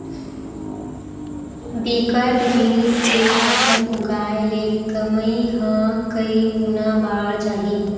बिकट जिनिस के फसल उगाय ले कमई ह कइ गुना बाड़ जाही